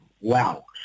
Wow